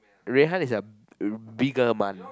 Rui-Han is a bigger man